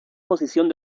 posición